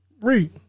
Read